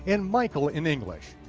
and michael in english.